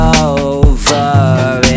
over